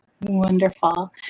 Wonderful